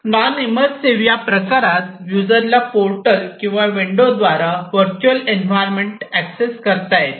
non immersive या प्रकारात यूजरला पोर्टल किंवा विंडो द्वारा व्हर्च्युअल एन्व्हायरमेंट एक्सेस करता येते